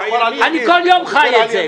אני כל יום חי את זה.